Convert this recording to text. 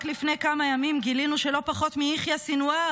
רק לפני כמה ימים גילינו שלא פחות מיחיא סנוואר,